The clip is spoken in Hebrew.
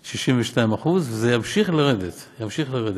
62%, וזה ימשיך לרדת, ימשיך לרדת.